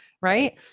Right